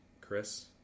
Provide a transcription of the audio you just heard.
Chris